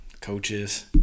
Coaches